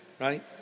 Right